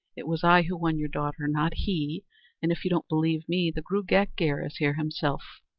it was i who won your daughter, not he and if you don't believe me, the gruagach gaire is here himself.